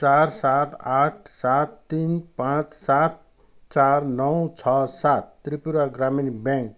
चार सात आठ सात तिन पाँच सात चार नौ छ सात त्रिपुरा ग्रामीण ब्याङ्क